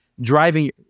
driving